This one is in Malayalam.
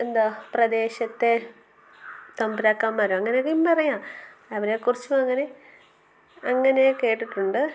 എന്താണ് പ്രദേശത്തെ തമ്പുരാക്കന്മാരോ അങ്ങനൊക്കെയും പറയാം അവരെക്കുറിച്ചു അങ്ങനെ അങ്ങനെ കേട്ടിട്ടുണ്ട്